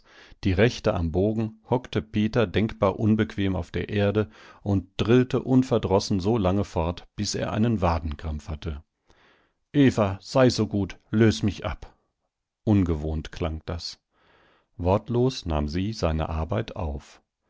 die rechte am bogen hockte peter denkbar unbequem auf der erde und drillte unverdrossen so lange fort bis er einen wadenkrampf hatte eva sei so gut lös mich ab ungewohnt klang das wortlos nahm sie seine arbeit auf